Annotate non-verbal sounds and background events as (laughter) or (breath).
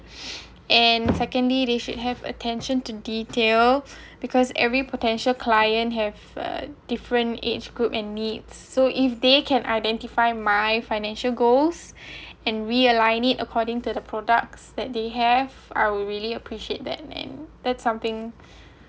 (breath) and secondly they should have attention to detail because every potential client have a different age group and needs so if they can identify my financial goals and realign it according to the products that they have I'll really appreciate that and that something